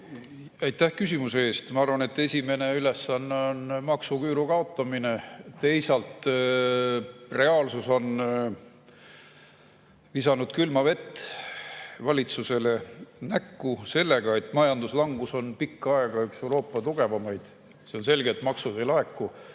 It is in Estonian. Aitäh küsimuse eest! Ma arvan, et esimene ülesanne on maksuküüru kaotamine. Teisalt on reaalsus visanud külma vett valitsusele näkku sellega, et [Eesti] majanduslangus on pikka aega olnud üks Euroopa tugevamaid. See on selge, et maksud ei laeku.